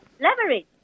leverage